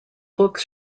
books